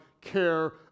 care